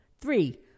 Three